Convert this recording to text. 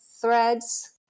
threads